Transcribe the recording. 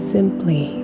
Simply